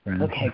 Okay